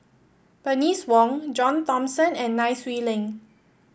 Bernice Wong John Thomson and Nai Swee Leng